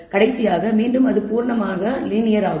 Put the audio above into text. கடைசியாக மீண்டும் அது பூரணமாக லீனியர் ஆகும்